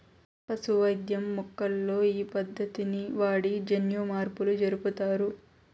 పశు వైద్యం మొక్కల్లో ఈ పద్దతిని వాడి జన్యుమార్పులు జరుపుతారు